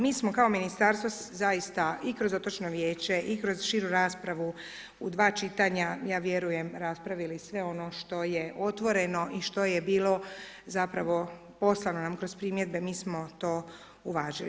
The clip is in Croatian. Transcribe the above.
Mi smo kao Ministarstvo, zaista, i kroz otočno vijeće, i kroz širu raspravu u 2 čitanja, ja vjerujem raspravili sve ono što je otvoreno i što je bilo zapravo i poslano nam kroz primjedbe, mi smo to uvažili.